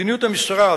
מדיניות המשרד,